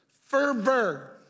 fervor